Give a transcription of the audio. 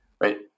right